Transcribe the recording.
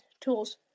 tools